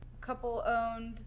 couple-owned